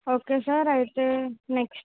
okay sir అయితే next